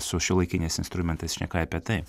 su šiuolaikiniais instrumentais šneka apie tai